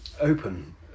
open